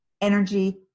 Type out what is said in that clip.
energy